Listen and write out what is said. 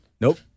Nope